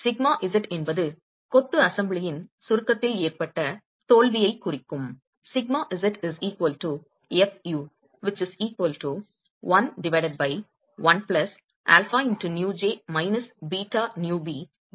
σz என்பது கொத்து அசெம்பிளியின் சுருக்கத்தில் ஏற்பட்ட தோல்வியைக் குறிக்கும்